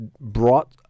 brought